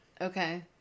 okay